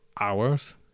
hours